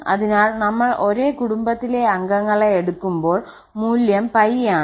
അതിനാൽ നമ്മൾ ഒരേ കുടുംബത്തിലെ അംഗങ്ങളെ എടുക്കുമ്പോൾ മൂല്യം 𝜋 ആണ്